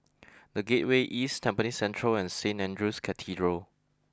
the Gateway East Tampines Central and Saint Andrew's Cathedral